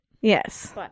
Yes